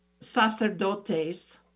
sacerdotes